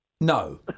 No